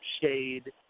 shade